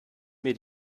mir